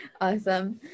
Awesome